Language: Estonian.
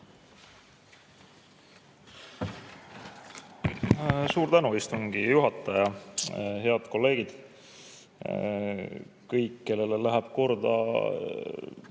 Suur tänu, istungi juhataja! Head kolleegid! Kõik, kellele läheb korda